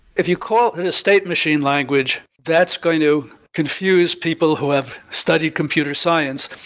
if you call it a state machine language, that's going to confuse people who have studied computer science,